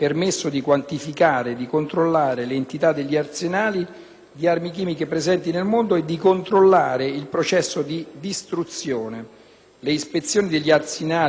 Le ispezioni agli arsenali militari ed alle industrie chimiche detentrici di prodotti sensibili si susseguono con cadenza regolare.